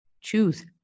choose